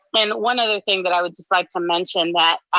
and one other thing that i would just like to mention that,